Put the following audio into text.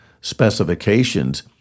specifications